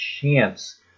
chance